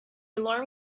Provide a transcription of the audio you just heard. alarm